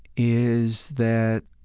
is that